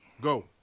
Go